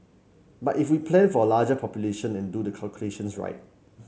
but if we plan for a larger population and do the calculations right